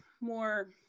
more